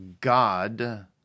God